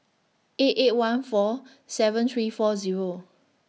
eight eight one four seven three four Zero